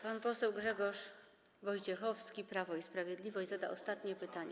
Pan poseł Grzegorz Wojciechowski, Prawo i Sprawiedliwość, zada ostatnie pytanie.